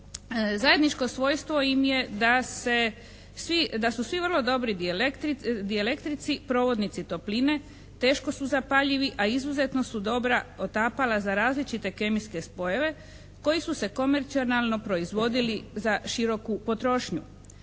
Zajedno svojstvo im je da su svi vrlo dobri dijalektrici, provodnici topline, teško su zapaljivi, a izuzetno su dobra otapala za različite kemijske spojeve koji su se komercijalno proizvodili za široku potrošnju.